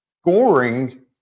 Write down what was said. scoring